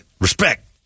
Respect